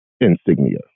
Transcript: insignia